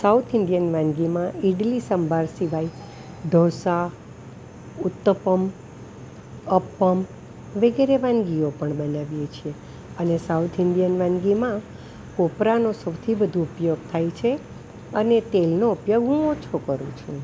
south Indian વાનગીમાં ઇડલી સંભાર સિવાય ઢોંસા ઉતપમ અપમ વગેરે વાનગીઓ પણ બનાવીએ છીએ અને સાઉથ ઇંડિયન વાનગીમાં કોપરાનો સૌથી વધુ ઉપયોગ થાય છે અને તેલનો ઉપયોગ હું ઓછો કરું છું